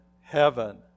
heaven